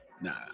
nah